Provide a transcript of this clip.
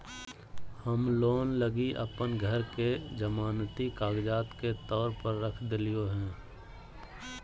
हम लोन लगी अप्पन घर के जमानती कागजात के तौर पर रख देलिओ हें